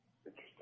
Interesting